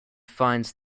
finds